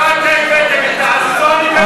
אל תיתן לזה יד.